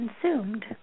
consumed